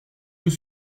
yeux